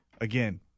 again